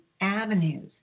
avenues